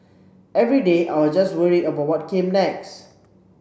every day I was just worried about what came next